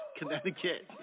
Connecticut